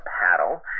paddle